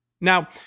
Now